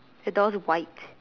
the door's white